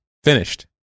finished